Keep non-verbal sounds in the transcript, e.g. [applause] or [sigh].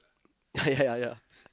[laughs] ya ya